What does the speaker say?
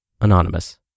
Anonymous